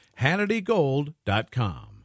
HannityGold.com